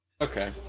Okay